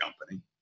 company